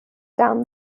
down